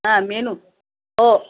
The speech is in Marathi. हा मेनू हो